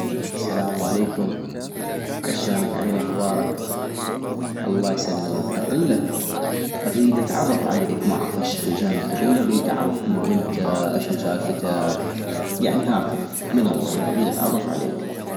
السلام عليكم، اشونك عيني اخبارك ؟ الله يسلمك ،- اقلك اغيد اتعرف عليك ، هشكل جاني فضول اغيد اعغف منو انت؟ اشنو سالفتك ؟، يعني هكذ من الله اغيد اتعرف عليك